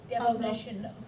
definition